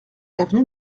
avenue